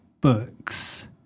books